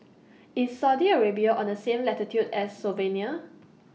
IS Saudi Arabia on The same latitude as Slovenia